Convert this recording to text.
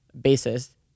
basis